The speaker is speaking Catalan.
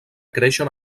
creixen